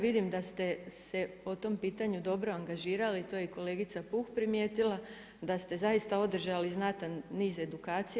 Vidim da ste se o tom pitanju dobro angažirali, to je i kolegica Puh primijetila da ste zaista održali znatan niz edukacija.